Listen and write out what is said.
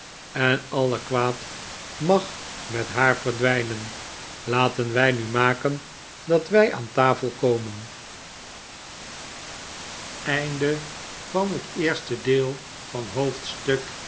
en alle kwaad mag met haar verdwijnen laten wij nu maken dat wij aan tafel komen